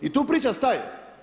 I tu priča staje.